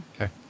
Okay